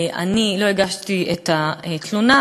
אני לא הגשתי תלונה,